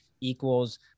equals